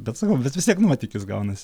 bet sakau bet vis tiek nuotykis gaunasi